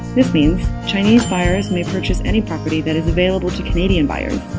this means chinese buyers may purchase any property that is available to canadian buyers.